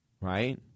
right